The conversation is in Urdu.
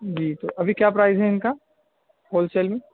جی تو ابھی کیا پرائز ہے ان کا ہول سیل میں